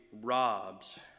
robs